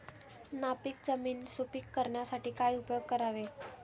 नापीक जमीन सुपीक करण्यासाठी काय उपयोग करावे?